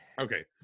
Okay